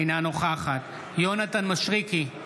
אינה נוכחת יונתן מישרקי,